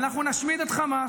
ואנחנו נשמיד את חמאס,